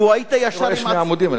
אני רואה שני עמודים.